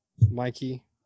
Mikey